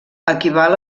equival